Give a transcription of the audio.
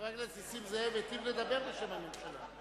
חבר הכנסת נסים זאב הטיב לדבר בשם הממשלה,